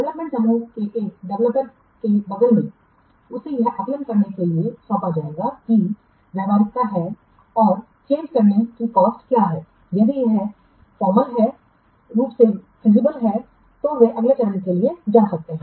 development समूह के एक डेवलपर के बगल में उसे यह आकलन करने के लिए सौंपा जाएगा कि व्यावहारिकता क्या है और चेंजकरने की कॉस्ट क्या है यदि यह व्यावहारिक रूप से फिजिबल है तो वे अगले चरण के लिए जा सकते हैं